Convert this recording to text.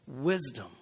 wisdom